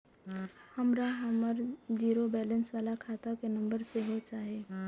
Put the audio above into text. हमरा हमर zero balance बाला खाता के नम्बर सेहो चाही